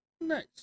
Nice